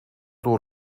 door